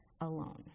alone